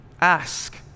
Ask